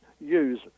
use